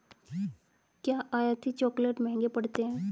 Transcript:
क्या आयातित चॉकलेट महंगे पड़ते हैं?